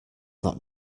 not